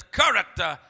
character